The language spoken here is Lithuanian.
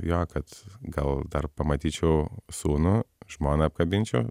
jo kad gal dar pamatyčiau sūnų žmoną apkabinčiau